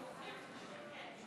49